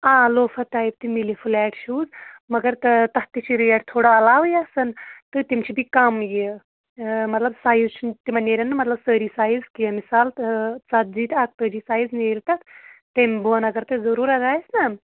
آ loafer type تہِ میلہِ فُلیٹ شوٗز مگر تہ تَتھ تہِ چھِ ریٹ تھوڑا علاوٕ گژھان تہٕ تِم چھِ بیٚیہِ کَم یہِ مطلب سایِز چھُنہٕ تِمَن نیرٮ۪ن نہٕ مطلب سٲری سایِز کیٚنٛہہ مِثال ژَتجی تہٕ اَکتٲجی سایِز نیرِ تَتھ تَمہِ بۄن اگر تۄہہِ ضروٗرت آسہِ نا